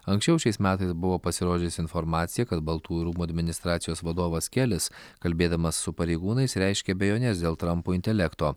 anksčiau šiais metais buvo pasirodžiusi informacija kad baltųjų rūmų administracijos vadovas kelis kalbėdamas su pareigūnais reiškė abejones dėl trampo intelekto